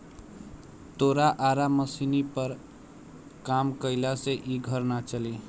तोरा आरा मशीनी पर काम कईला से इ घर ना चली